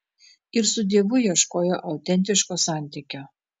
ir su dievu ieškojo autentiško santykio